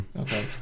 Okay